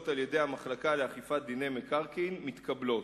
על-ידי המחלקה לאכיפת דיני מקרקעין מתקבלות.